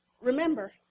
Remember